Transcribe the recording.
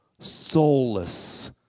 soulless